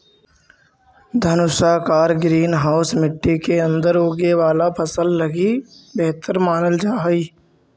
धनुषाकार greenhouse मट्टी के अंदर उगे वाला फसल लगी बेहतर मानल जा हइ